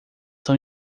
são